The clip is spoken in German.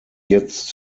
jetzt